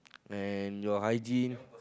and your hygiene